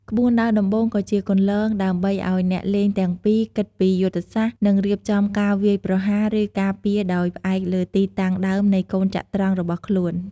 ក្បួនដើរដំបូងក៏ជាគន្លងដើម្បីឲ្យអ្នកលេងទាំងពីរគិតពីយុទ្ធសាស្ត្រ និងរៀបចំការវាយប្រហារឬការពារដោយផ្អែកលើទីតាំងដើមនៃកូនចត្រង្គរបស់ខ្លួន។